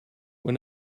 when